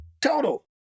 Total